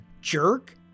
jerk